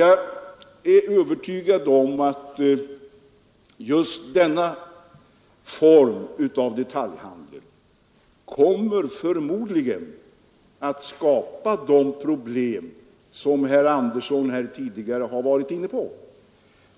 Jag är övertygad om att denna form av detaljhandel kommer att skapa de problem som herr Andersson tidigare har varit inne på,